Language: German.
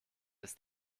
ist